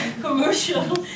commercial